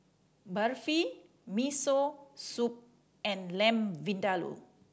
Barfi Miso Soup and Lamb Vindaloo